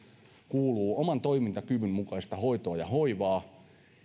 kuuluu mukaista hoitoa ja hoivaa